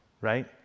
Right